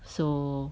so